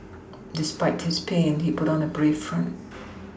despite his pain he put on a brave front